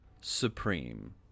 Supreme